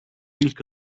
ilk